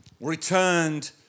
returned